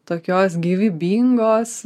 tokios gyvybingos